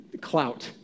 clout